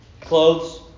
clothes